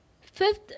fifth